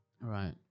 right